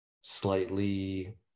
slightly